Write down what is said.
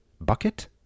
Bucket